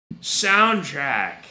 soundtrack